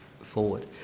forward